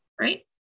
right